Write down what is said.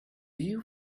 you